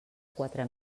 quatre